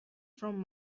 from